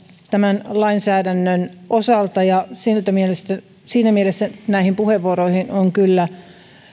tämän lainsäädännön osalta ja siinä mielessä näihin puheenvuoroihin on kyllä